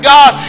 God